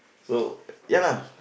so ya lah